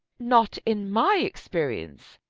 not in my experience,